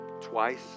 twice